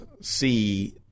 see